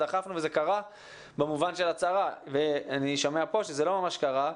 דחפנו וזה קרה במובן של הצהרה אבל אני שומע כאן שזה לא ממש קרה.